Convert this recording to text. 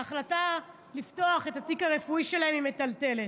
ההחלטה לפתוח את התיק הרפואי שלהם היא מטלטלת,